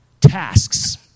Tasks